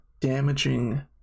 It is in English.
damaging